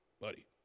buddy